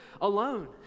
alone